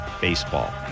Baseball